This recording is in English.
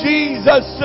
Jesus